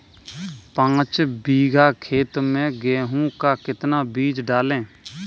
पाँच बीघा खेत में गेहूँ का कितना बीज डालें?